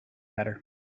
better